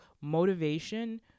motivation